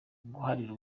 guharira